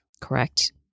Correct